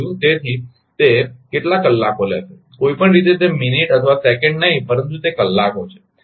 તેથી તે કેટલા કલાકો લેશે કોઈ પણ રીતે તે મિનિટ અથવા સેકંડ નહીં પરંતુ તે કલાકો છે